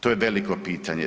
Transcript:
To je veliko pitanje.